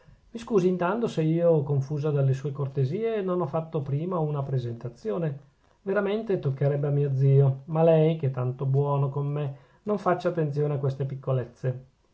mi scusi intanto se io confusa dalle sue cortesie non ho fatto prima una presentazione veramente toccherebbe a mio zio ma lei che è tanto buono con me non faccia attenzione a queste piccolezze